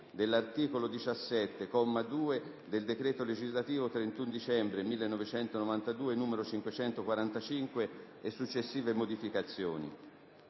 dell'articolo 17, comma 2, del decreto legislativo 31 dicembre 1992, n. 545, e successive modificazioni.